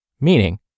Meaning